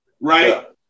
right